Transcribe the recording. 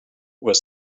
where